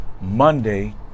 Monday